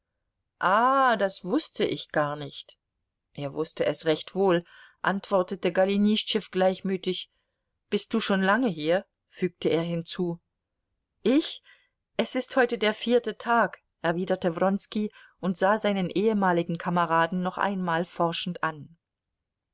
ah das wußte ich gar nicht er wußte es recht wohl antwortete golenischtschew gleichmütig bist du schon lange hier fügte er hinzu ich es ist heute der vierte tag erwiderte wronski und sah seinen ehemaligen kameraden noch einmal forschend an